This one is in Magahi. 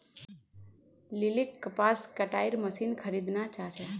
लिलीक कपास कटाईर मशीन खरीदना चाहा छे